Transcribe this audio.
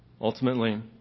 Ultimately